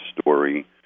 story